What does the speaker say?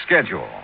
schedule